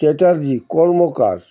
Chatterjee Karmakar